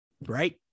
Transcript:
right